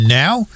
now